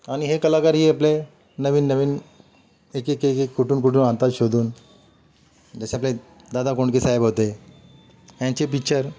आणि हे कलाकारही आपले नवीन नवीन एक एक एक एक कुठून कुठून आणतात शोधून जसे आपले दादा कोंडकेसाहेब होते ह्यांचे पिच्चर